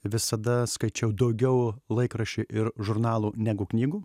visada skaičiau daugiau laikraščių ir žurnalų negu knygų